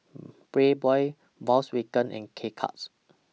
Playboy Volkswagen and K Cuts